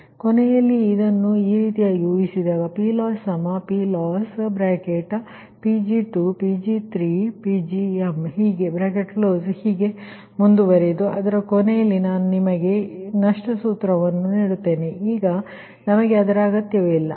ಆದ್ದರಿಂದ ಕೊನೆಯಲ್ಲಿ ಇದನ್ನು ಈ ರೀತಿಯಾಗಿ ಊಹಿಸಿದಾಗ PLossPLossPg2Pg3Pgm ಹೀಗೆ ಮುಂದುವರಿದು ಆದರೆ ಕೊನೆಯಲ್ಲಿ ನಾನು ನಿಮಗೆ ನಷ್ಟ ಸೂತ್ರವನ್ನು ನೀಡುತ್ತೇನೆ ಈಗ ನಮಗೆ ಅದರ ಅಗತ್ಯವಿಲ್ಲ